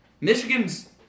Michigan's